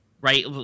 right